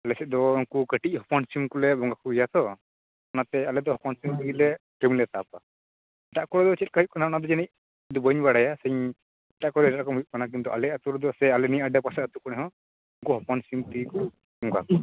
ᱟᱞᱮᱥᱮᱫ ᱫᱚ ᱩᱱᱠᱩ ᱠᱟ ᱴᱤᱡ ᱦᱚᱯᱚᱱ ᱥᱤᱢ ᱠᱚᱞᱮ ᱵᱚᱸᱜᱟ ᱠᱚᱜᱮᱭᱟᱛᱚ ᱚᱱᱟᱛᱮ ᱟᱞᱮᱫᱚ ᱦᱚᱯᱚᱱ ᱥᱤᱢ ᱛᱮᱜᱮᱞᱮ ᱥᱤᱢᱞᱮ ᱥᱟᱵᱟ ᱮᱴᱟᱜ ᱠᱚᱨᱮᱫᱚ ᱪᱮᱜᱞᱮᱠᱟ ᱦᱩᱭᱩᱜ ᱠᱟᱱᱟ ᱚᱱᱟᱫᱚ ᱡᱟ ᱱᱤᱡ ᱤᱧᱫᱚ ᱵᱟ ᱧ ᱵᱟᱰᱟᱭᱟ ᱥᱤᱧ ᱚᱠᱟ ᱠᱚᱨᱮ ᱦᱩᱭᱩᱜ ᱠᱟᱱᱟ ᱠᱤᱱᱛᱚ ᱟᱞᱮ ᱟᱛᱩᱨᱮ ᱥᱮ ᱟᱞᱮ ᱱᱤᱭᱟᱹ ᱟᱰᱮ ᱯᱟᱥᱮ ᱟᱛᱩ ᱠᱚᱨᱮᱦᱚ ᱱᱩᱠᱚ ᱦᱚᱯᱚ ᱛᱮᱜᱮᱠᱚ ᱵᱚᱝᱜᱟ ᱠᱚᱭᱟ